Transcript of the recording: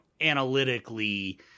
analytically